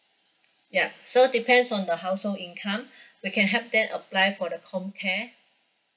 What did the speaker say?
ya so depends on the household income we can help them apply for the com care